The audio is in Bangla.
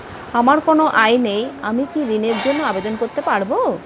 আমার কোনো আয় নেই আমি কি ঋণের জন্য আবেদন করতে পারব?